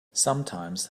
sometimes